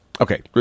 Okay